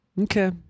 Okay